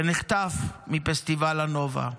ונחטף מפסטיבל הנובה,